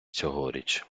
цьогоріч